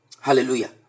Hallelujah